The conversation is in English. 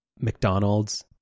McDonald's